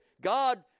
God